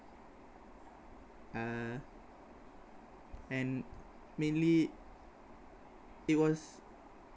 uh and mainly it was